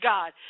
God